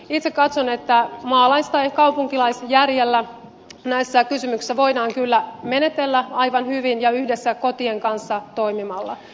itse katson että maalais tai kaupunkilaisjärjellä näissä kysymyksissä voidaan kyllä menetellä aivan hyvin ja yhdessä kotien kanssa toimimalla